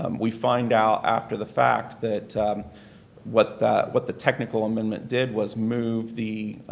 um we find out after the fact that what the what the technical amendment did was move the